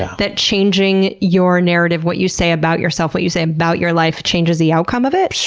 that changing your narrative, what you say about yourself, what you say about your life, changes the outcome of it?